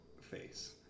face